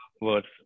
words